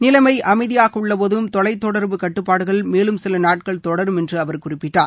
நிலைமை அமைதியாக உள்ளபோதும் தொலை தொடர்பு கட்டுப்பாடுகள் மேலும் சில நாட்கள் தொடரும் என்று அவர் குறிப்பிட்டார்